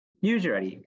Usually